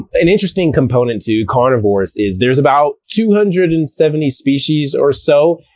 an interesting component to carnivores is there's about two hundred and seventy species or so,